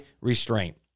restraint